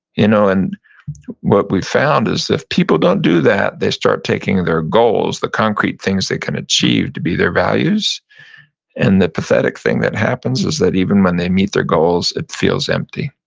you know and what we found is if people don't do that, they start taking their goals, the concrete things they can achieve, to be their values and the pathetic thing that happens is that even when they meet their goals, it feels empty.